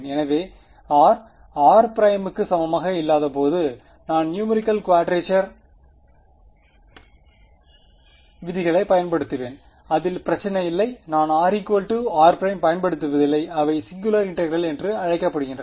எனவே r r′ க்கு சமமாக இல்லாதபோது நான் நியூமெரிகள் குவாட்ரச்சர் விதிகளை பயன்படுத்துவேன் அதில் பிரச்சனையில்லை நான் rr′ பயன்படுத்துவதில்லை அவை சிங்குலர் இன்டெகிரெல் என்று அழைக்கப்படுகின்றன